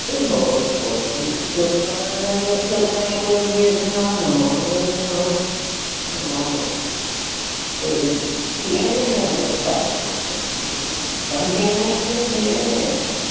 পঁচিশ টকানে দছ টকা এনেকৈ নহ'ব দাম দিয়া নাই কাৰণে কিনাই নাই আৰু